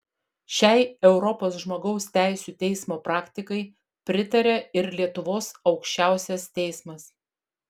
šiai europos žmogaus teisių teismo praktikai pritaria ir lietuvos aukščiausias teismas